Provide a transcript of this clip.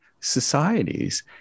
societies